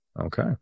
okay